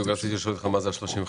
בדיוק רציתי לשאול אותך מה זה ה-35.